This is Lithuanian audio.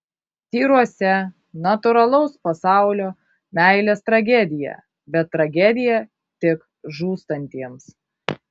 tyruose natūralaus pasaulio meilės tragedija bet tragedija tik žūstantiems